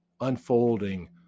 unfolding